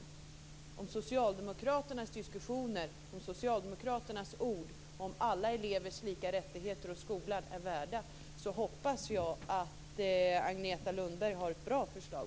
Jag hoppas att socialdemokraternas diskussioner och ord om alla elevers lika rättigheter i skolan är värda någonting och att Agneta Lundberg har ett bra förslag.